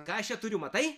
ką aš čia turiu matai